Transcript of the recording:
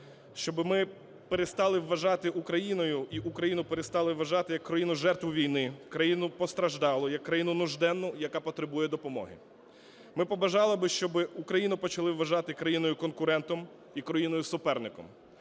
щоб ми перестали вважати Україну і Україну перестали вважати як країну-жертву війни, країну постраждалу, як країну нужденну, яка потребує допомоги. Ми побажали би, щоб Україну почали вважати країною-конкурентом і країною-суперником,